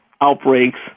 outbreaks